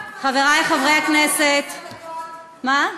חברי חברי הכנסת, למה,